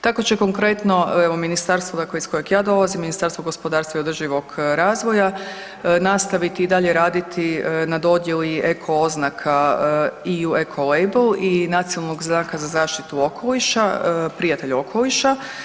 Tako će konkretno evo ministarstvo dakle iz kojeg ja dolazim, Ministarstvo gospodarstva i održivog razvoja nastaviti i dalje raditi na dodjeli eko oznaka EU Ecolabel i nacionalnog znaka za zaštitu okoliša, prijatelj okoliša.